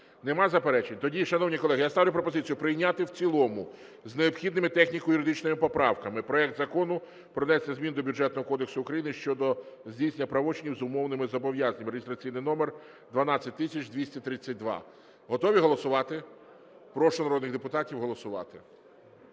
Нема заперечень? Тоді, шановні колеги, я ставлю пропозицію прийняти в цілому з необхідними техніко-юридичними поправками проект Закону про внесення змін до Бюджетного кодексу України щодо здійснення правочинів з умовними зобов'язаннями (реєстраційний номер 12232). Готові голосувати? Прошу народних депутатів голосувати.